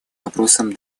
вопросом